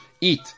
eat